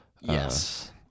Yes